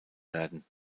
werden